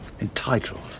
entitled